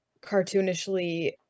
cartoonishly